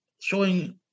showing